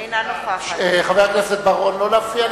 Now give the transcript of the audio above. אינה נוכחת חבר הכנסת בר-און, לא להפריע.